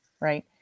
Right